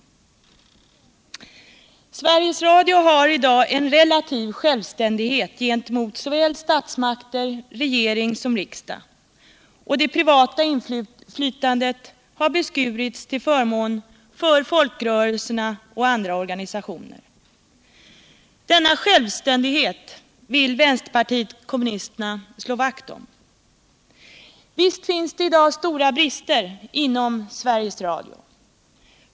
Sveriges Radio har i dag en relativ självständighet gentemot statsmakterna, såväl regering som riksdag, och det privata inflytandet har beskurits till förmån för folkrörelserna och andra organisationer. Denna självständighet vill vpk slå vakt om. Visst finns det stora brister inom Sveriges Radio.